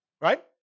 right